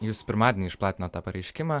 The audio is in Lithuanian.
jūs pirmadienį išplatinot tą pareiškimą